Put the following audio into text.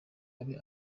abe